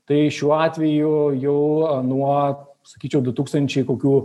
tai šiuo atveju jau nuo sakyčiau du tūkstančiai kokių